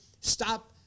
stop